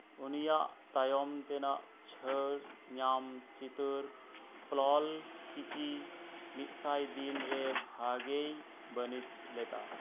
ᱩᱱᱤᱭᱟᱜ ᱛᱟᱭᱚᱢ ᱛᱮᱱᱟᱜ ᱪᱷᱟᱹᱲ ᱧᱟᱢ ᱪᱤᱛᱟᱹᱨ ᱯᱞᱚᱞ ᱠᱤᱠᱤ ᱢᱤᱫ ᱥᱟᱭ ᱫᱤᱱ ᱨᱮ ᱵᱷᱟᱜᱮᱭ ᱵᱟᱹᱱᱤᱡᱽ ᱞᱮᱫᱟ